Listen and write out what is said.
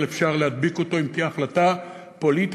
אבל אפשר להדביק אותו אם תהיה החלטה פוליטית,